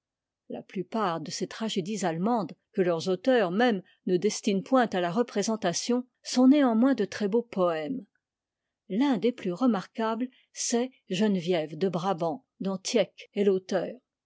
la plupart de ces tragédies allemandes que leurs auteurs mêmes ne destinent point à la représentation sont néanmoins de très-beaux poëmes l'un des plus remarquables c'est geheutdm e b a h dont tieck est l'auteur